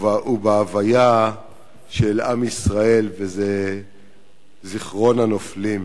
ובהוויה של עם ישראל, וזה זיכרון הנופלים,